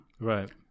Right